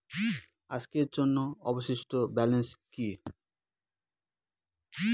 আজকের জন্য অবশিষ্ট ব্যালেন্স কি?